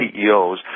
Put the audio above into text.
CEOs